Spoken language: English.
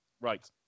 Right